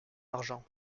argent